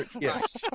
Yes